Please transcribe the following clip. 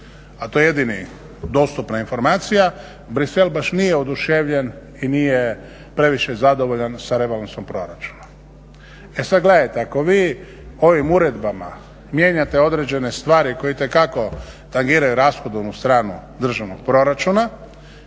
a to je jedina dostupna informacija, Bruxelles baš nije oduševljen i nije previše zadovoljan sa rebalansom proračuna. E sad gledajte, ako vi ovim uredbama mijenjate određene stvari koje itekako tagiraju rashodovnu stranu državnog proračuna